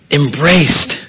embraced